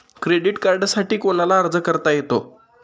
Credit कार्डसाठी कोणाला अर्ज करता येतो?